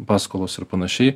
paskolos ir panašiai